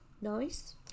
Nice